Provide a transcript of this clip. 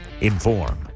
inform